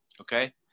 Okay